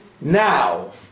now